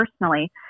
personally